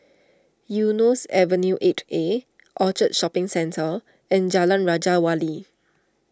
Eunos Avenue eight A Orchard Shopping Centre and Jalan Raja Wali